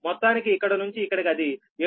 మొత్తానికి ఇక్కడి నుంచి ఇక్కడికి అది 7